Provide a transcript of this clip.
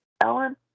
Ellen